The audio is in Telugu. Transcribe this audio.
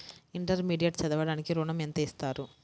ఇంటర్మీడియట్ చదవడానికి ఋణం ఎంత ఇస్తారు?